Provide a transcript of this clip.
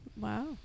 Wow